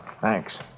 Thanks